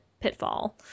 Pitfall